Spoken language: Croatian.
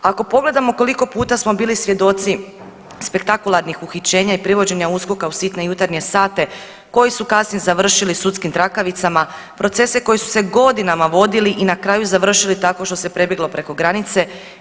Ako pogledamo koliko puta smo bili svjedoci spektakularnih uhićenja i privođenja USKOK-a u sitne jutarnje sate koji su kasnije završili sudskim trakavicama, procese koji su se godinama vodili i na kraju završili tako što se prebjeglo preko granice.